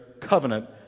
covenant